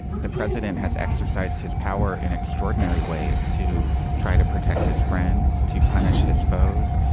the president has exercised his power in extraordinary ways to try to protect his friends, to punish his foes,